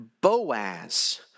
Boaz